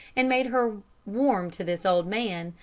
and made her warm to this old man,